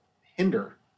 Hinder